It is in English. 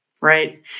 Right